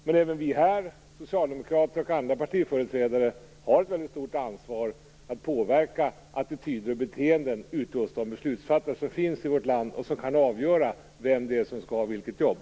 Men även vi här, socialdemokrater och andra partiföreträdare, har ett väldigt stort ansvar att påverka attityder och beteenden hos beslutsfattarna i vårt land som kan avgöra vem det är som skall ha vilket jobb.